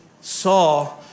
saw